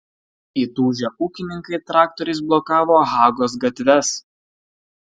įtūžę ūkininkai traktoriais blokavo hagos gatves